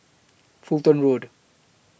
Fulton Road